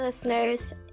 listeners